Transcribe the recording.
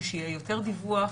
כדי שיהיה יותר דיווח